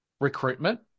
recruitment